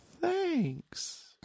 thanks